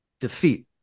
defeat